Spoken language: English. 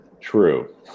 True